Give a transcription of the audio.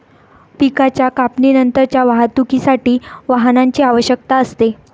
पिकाच्या कापणीनंतरच्या वाहतुकीसाठी वाहनाची आवश्यकता असते